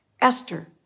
Esther